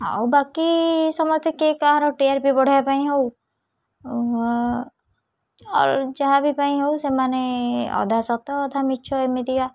ଆଉ ବାକି ସମସ୍ତେ କିଏ କାହାର ଟି ଆର ପି ବଢ଼େଇବା ପାଇଁ ହଉ ଯାହା ବି ପାଇଁ ହଉ ସେମାନେ ଅଧା ସତ ଅଧା ମିଛ ଏମିତିକା